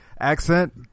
accent